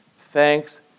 Thanks